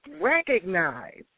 recognize